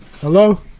Hello